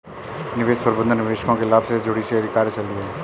निवेश प्रबंधन निवेशकों के लाभ से जुड़ी कार्यशैली है